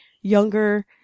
younger